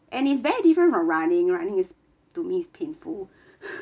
and is very different from running running is to me is painful